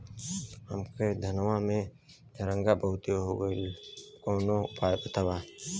हमरे धनवा में झंरगा बहुत हो गईलह कवनो उपाय बतावा?